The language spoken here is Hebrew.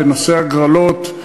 בנושא הגרלות,